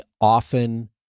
often